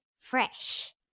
Fresh